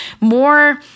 more